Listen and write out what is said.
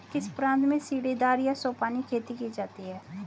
किस प्रांत में सीढ़ीदार या सोपानी खेती की जाती है?